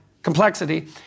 Complexity